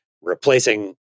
replacing